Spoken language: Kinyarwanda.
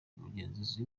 umugenzuzi